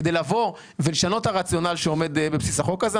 כדי לבוא ולשנות את הרציונל שעומד בבסיס החוק הזה,